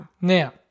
Now